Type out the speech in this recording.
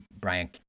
Brian